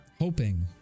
hoping